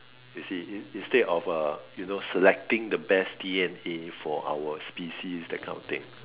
you see in instead of uh you know selecting the best D_N_A for our species that kind of thing